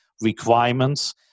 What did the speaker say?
requirements